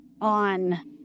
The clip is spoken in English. on